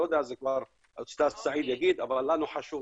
זה סעיד יגיד אבל לנו חשוב,